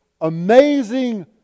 amazing